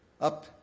up